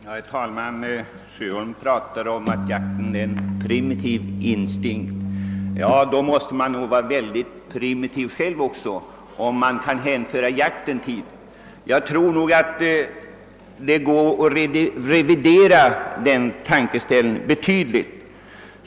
Herr talman! Herr Sjöholm säger att jakten är uttryck för en primitiv instinkt. Men herr Sjöholm måste själv vara mycket primitiv om han karakteriserar jakten på detta sätt, och jag tror att herr Sjöholm får revidera sin ståndpunkt betydligt.